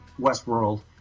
Westworld